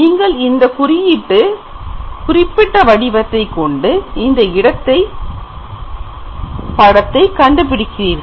நீங்கள் இந்த குறியீட்டு குறிப்பிட்ட வடிவத்தைக் கொண்டு இந்த இடத்தின் படத்தை கண்டு பிடிக்கிறீர்கள்